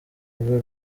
biba